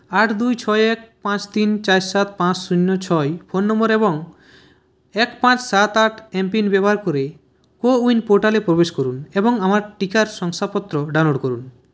আট দুই ছয় এক পাঁচ তিন চার সাত পাঁচ শূন্য ছয় ফোন নম্বর এবং এক পাঁচ সাত আট এমপিন ব্যবহার করে কোউইন পোর্টালে প্রবেশ করুন এবং আমার টিকার শংসাপত্র ডাউনলোড করুন